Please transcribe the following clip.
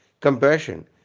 Compassion